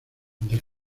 del